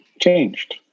changed